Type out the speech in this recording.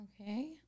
Okay